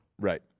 Right